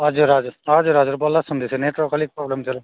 हजुर हजुर हजुर हजुर बल्ल सुन्दैछु नेटवर्क अलिक प्रब्लम थियो र